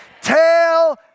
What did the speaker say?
Tell